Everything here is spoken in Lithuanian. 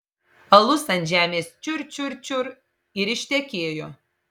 alus ant žemės čiur čiur čiur ir ištekėjo